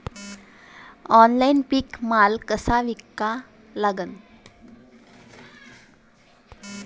Online पीक माल कसा विका लागन?